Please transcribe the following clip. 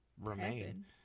remain